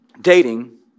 Dating